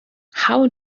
how